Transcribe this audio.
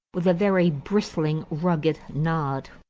with a very bristling, rugged nod.